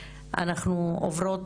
אנחנו עוברות